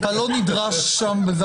אתה לא נדרש שם?